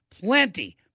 plenty